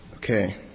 Okay